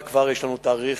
וכבר יש לנו תאריך,